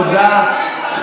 תודה.